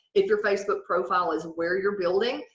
if your facebook profile is where you're building,